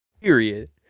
Period